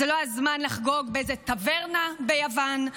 זה לא הזמן לחגוג באיזה טברנה ביוון,